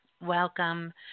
welcome